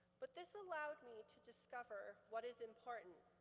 but this allowed me to discover what is important,